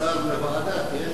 השר לוועדה, כן?